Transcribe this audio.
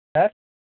sir